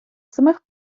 самих